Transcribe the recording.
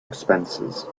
expenses